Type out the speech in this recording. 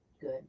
Good